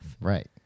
Right